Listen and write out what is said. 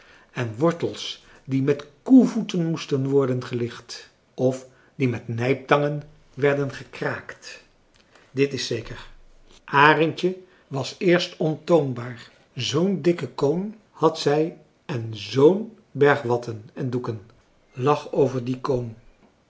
en wortels die met koevoeten moesten worden gelicht of die met nijptangen werden gekraakt dit is zeker arendje was eerst ontoonbaar zoo'n dikke koon had zij en zoo'n berg watten en doeken lag over die koon